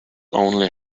only